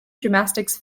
gymnastics